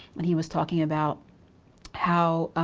and he was talking about how